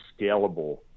scalable